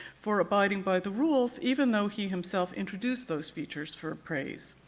for abiding by the rules even though he himself introduced those features for appraise.